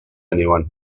anyone